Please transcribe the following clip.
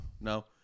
No